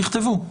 תכתבו.